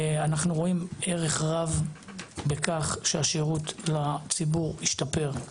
אנחנו רואים ערך רב בכך שהשירות לציבור השתפר.